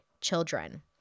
children